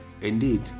Indeed